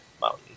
Mountain